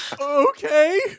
Okay